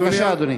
בבקשה, אדוני.